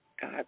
God